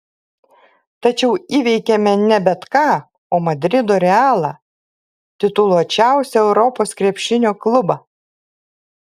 tačiau įveikėme ne bet ką o madrido realą tituluočiausią europos krepšinio klubą